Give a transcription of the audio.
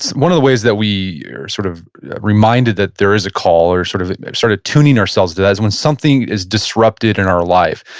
one of the ways that we are sort of reminded that there is a call or sort of started tuning ourselves to that is when something is disrupted in our life.